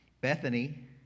Bethany